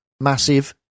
Massive